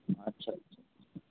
আচ্ছা আচ্ছা আচ্ছা